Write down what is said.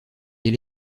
elle